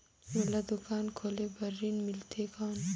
मोला दुकान खोले बार ऋण मिलथे कौन?